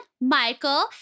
Michael